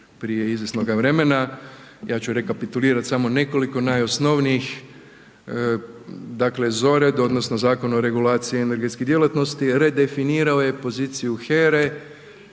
prije izvjesnoga vremena, ja ću rekapitulirat samo nekoliko najosnovnijih. Dakle ZORED odnosno Zakon o regulaciji energetskih djelatnosti redefinirao je poziciju HERE